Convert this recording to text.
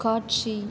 காட்சி